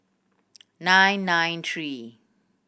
nine nine three